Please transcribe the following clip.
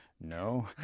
no